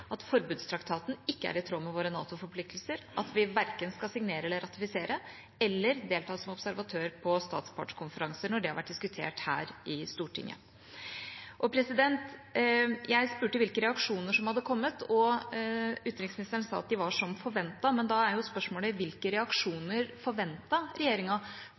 at forbudstraktaten ikke er i tråd med våre NATO-forpliktelser, at vi verken skal signere eller ratifisere, eller delta som observatør på statspartskonferanser når det har vært diskutert her i Stortinget. Jeg spurte hvilke reaksjoner som hadde kommet, og utenriksministeren sa de var som forventet. Da er spørsmålet: Hvilke reaksjoner forventet regjeringa